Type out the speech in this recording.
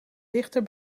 dichter